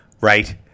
right